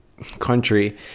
Country